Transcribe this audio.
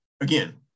again